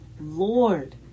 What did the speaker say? lord